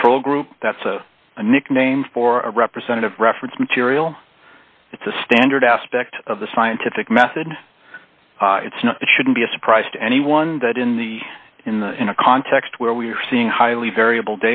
control group that's a nickname for a representative reference material it's a standard aspect of the scientific method it's not it shouldn't be a surprise to anyone that in the in the in a context where we're seeing highly variable